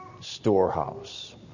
storehouse